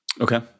Okay